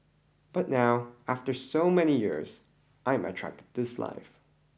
but now after so many years I'm attracted to this life